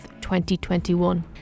2021